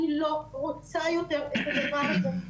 אני לא רוצה יותר את הדבר הזה,